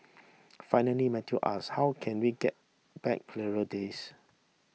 finally Matthew ask how can we get back clearer days